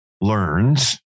learns